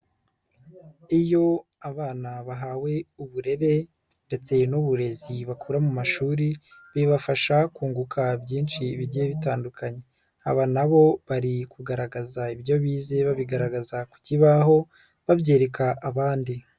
Iyo abana bahawe uburere ndetse bitewe n'uburezi bakura mu mashuri bibafasha kunguka byinshi bigiye bitandukanye, aba na bo bari kugaragaza ibyo bize babigaragaza ku kibaho babyereka abandi.